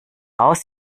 aus